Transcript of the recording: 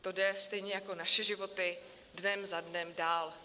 To jde stejně jako naše životy dnem za dnem dál.